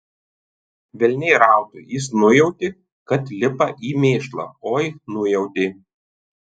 velniai rautų jis nujautė kad lipa į mėšlą oi nujautė